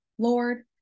Lord